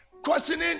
questioning